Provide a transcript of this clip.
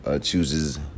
chooses